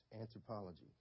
Anthropology